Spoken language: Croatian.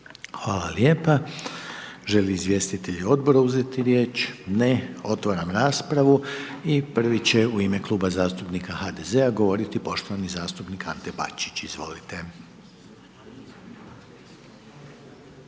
Hvala lijepa. Želi izvjestitelj odbora uzeti riječ, ne, otvaram raspravu i prvi će u ime Kluba zastupnika HDZ-a govoriti poštovani zastupnik Ante Bačić, izvolite.